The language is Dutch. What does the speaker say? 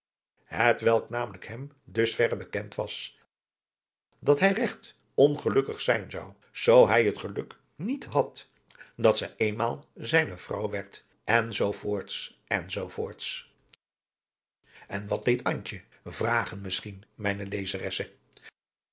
namelijk hem dusverre bekend was dat hij regt ongelukkig zijn zou zoo hij het geluk niet had dat zij eenmaal zijne vrouw adriaan loosjes pzn het leven van johannes wouter blommesteyn werd enz enz en wat deed antje vragen misschien mijne